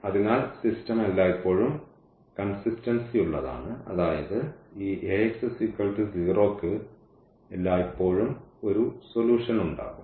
അതിനാൽ സിസ്റ്റം എല്ലായ്പ്പോഴും കൺസിസ്റ്റൻസിയുള്ളതാണ് അതായത് ഈ Ax0 യ്ക്ക് എല്ലായ്പ്പോഴും ഒരു സൊല്യൂഷനുണ്ടാകും